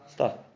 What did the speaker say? Stop